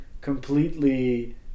completely